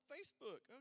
Facebook